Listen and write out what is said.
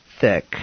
thick